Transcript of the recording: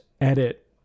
edit